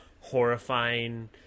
horrifying